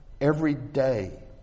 everyday